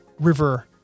river